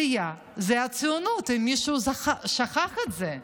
עלייה היא הציונות, אם מישהו שכח את זה,